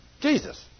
Jesus